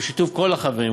בשיתוף כל החברים,